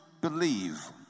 believe